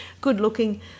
good-looking